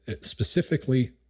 specifically